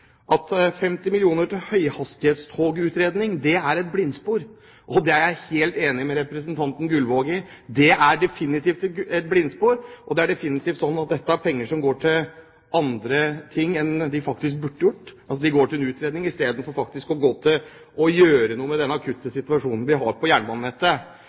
at 50 mill. kr til høyhastighetstogutredning er et blindspor. Det er jeg helt enig med representanten Gullvåg i, det er definitivt et blindspor, og det er definitivt sånn at dette er penger som går til andre ting enn de burde gjort. De går til en utredning istedenfor til å gjøre noe med den akutte situasjonen vi har på jernbanenettet.